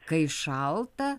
kai šalta